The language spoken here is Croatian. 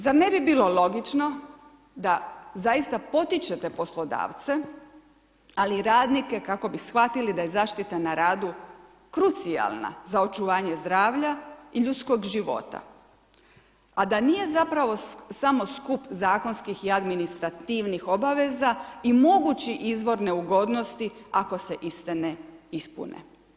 Zar ne bi bilo logično da zaista potičete poslodavce ali i radnike kako bi shvatili da je zaštita na radu krucijalna za očuvanje zdravlja i ljudskog života a da nije zapravo samo skup zakonskih i administrativnih obaveza i mogući izvor neugodnosti ako se iste ne ispune.